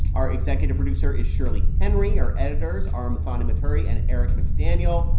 our executive producer is shirley henry. our editors are masani mathouri and eric mcdaniel.